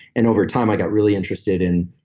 and over time, i got really interested in